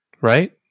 right